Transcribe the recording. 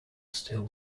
still